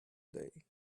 day